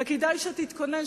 וכדאי שתתכונן,